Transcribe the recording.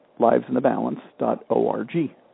livesinthebalance.org